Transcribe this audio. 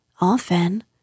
Often